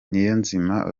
niyonzima